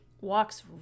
walks